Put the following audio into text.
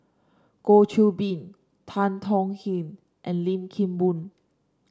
Goh Qiu Bin Tan Tong Hye and Lim Kim Boon